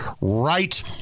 right